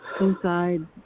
inside